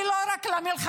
ולא רק למלחמה,